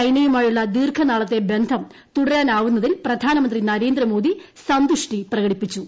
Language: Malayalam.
ചൈനയുമായുള്ള ദീർഘനാളത്തെ ബന്ധം തുടരാനാവുന്നതിൽ പ്രധാനമന്ത്രി നരേന്ദ്രമോദി സന്തുഷ്ടി പ്രകടിപ്പിച്ചു